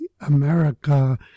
America